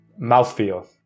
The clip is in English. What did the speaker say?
Mouthfeel